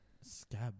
scab